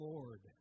Lord